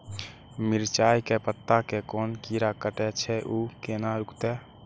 मिरचाय के पत्ता के कोन कीरा कटे छे ऊ केना रुकते?